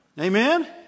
Amen